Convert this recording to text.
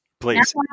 Please